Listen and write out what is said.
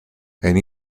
and